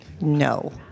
No